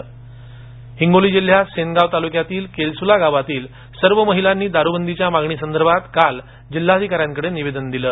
हिंगोली हिंगोली जिल्ह्यात सेनगाव तालुक्यातील केलसुला गावातील सर्व महिलांनी दारूबंदीच्या मागणीसंदर्भात काल जिल्हाधिकाऱ्यांकडे निवेदन दिलं